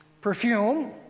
perfume